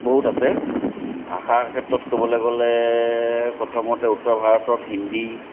বহুত আছে ভাষাৰ ক্ষেত্ৰত ক'বলৈ গ'লে প্ৰথমতে উত্তৰ ভাৰতত হিন্দী